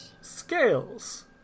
Scales